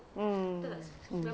mm mm